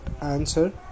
answer